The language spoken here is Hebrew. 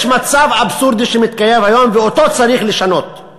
יש מצב אבסורדי שמתקיים היום וצריך לשנות אותו.